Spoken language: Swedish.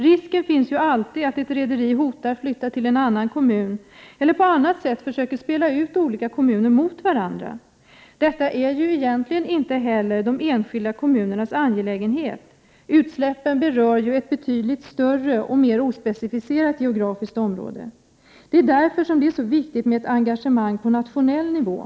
Risken finns ju alltid att ett rederi hotar med att flytta till en annan kommun. Man kan också på annat sätt försöka spela ut en kommun mot en annan. Egentligen är inte det här en angelägenhet för den enskilda kommunen. Utsläppen berör ju ett betydligt större och mera ospecifiserat geografiskt område. Just därför är det mycket viktigt att det finns ett nationellt engagemang.